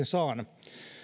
saan